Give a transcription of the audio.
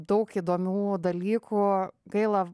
daug įdomių dalykų gaila